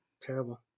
Terrible